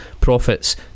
profits